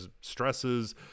stresses